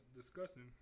disgusting